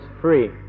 free